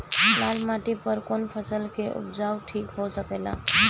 लाल माटी पर कौन फसल के उपजाव ठीक हो सकेला?